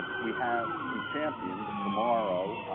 we have some champions. tomorrow